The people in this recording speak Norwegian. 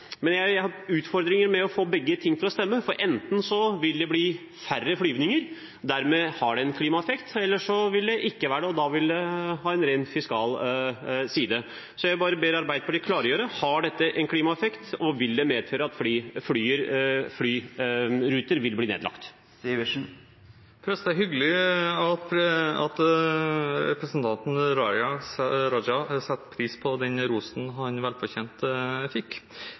Men jeg har utfordringer med å få begge ting til å stemme, for enten vil det bli færre flyvninger og dermed har det en klimaeffekt, eller så vil det ikke bli det, og da vil det ha en ren fiskal side. Jeg vil be Arbeiderpartiet klargjøre: Har dette en klimaeffekt, og vil det medføre at flere flyruter vil bli nedlagt? Det er hyggelig at representanten Raja setter pris på den rosen han velfortjent fikk.